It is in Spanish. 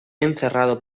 encerrado